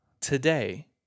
today